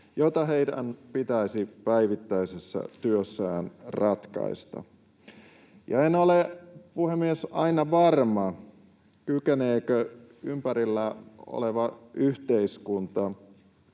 joita heidän pitäisi päivittäisessä työssään ratkaista. Ja en ole, puhemies, aina varma, kykeneekö ympärillä oleva yhteiskunta